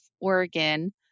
Oregon